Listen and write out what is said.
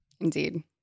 Indeed